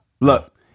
look